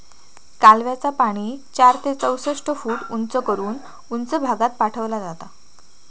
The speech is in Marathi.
कालव्याचा पाणी चार ते चौसष्ट फूट उंच करून उंच भागात पाठवला जाता